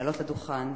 לעלות לדוכן.